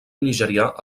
nigerià